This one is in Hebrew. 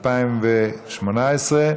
התשע"ט 2018,